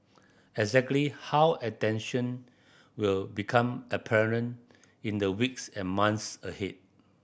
exactly how attention will become apparent in the weeks and months ahead